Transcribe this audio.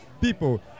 people